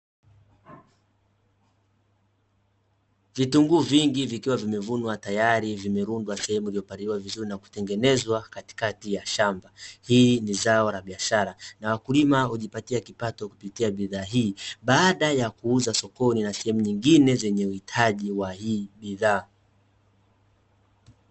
Vitunguu vingi vikiwa vimevunwa tayari vimerundwa sehemu iliyopangiliwa vizuri na kutengenezwa katikati ya shamba. Hili ni zao la biashara, na wakulima wanajipatia kipato kupitia bidhaa hii, baada ya kuuza sokoni na sehemu nyingine zenye uhitaji wa hii bidhaa.